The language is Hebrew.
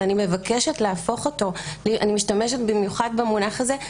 אני בכוונה משתמשת במילה הזאת.